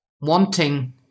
wanting